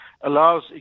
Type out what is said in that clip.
allows